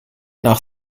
nach